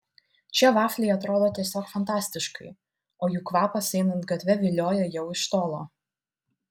čia vafliai atrodo tiesiog fantastiškai o jų kvapas einant gatve vilioja jau iš tolo